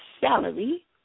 salary